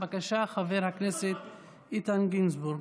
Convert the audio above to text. בבקשה, חבר הכנסת איתן גינזבורג.